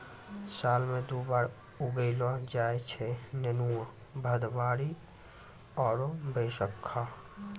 साल मॅ दु बार उगैलो जाय छै नेनुआ, भदबारी आरो बैसक्खा